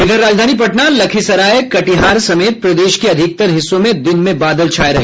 वहीं राजधानी पटना लखीसराय कटिहार समेत प्रदेश के अधिकतर हिस्सों में दिन में बादल छाये रहे